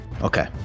Okay